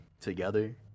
together